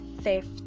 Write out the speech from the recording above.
theft